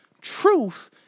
Truth